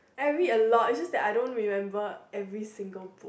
I read a lot it's just that I don't remember every single book